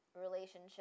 relationship